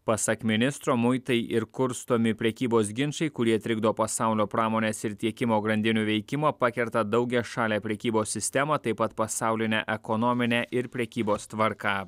pasak ministro muitai ir kurstomi prekybos ginčai kurie trikdo pasaulio pramonės ir tiekimo grandinių veikimą pakerta daugiašalę prekybos sistemą taip pat pasaulinę ekonominę ir prekybos tvarką